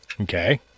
Okay